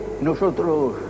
nosotros